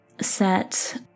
set